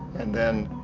and then,